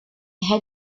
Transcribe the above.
had